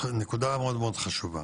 נקודה מאוד חשובה.